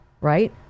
Right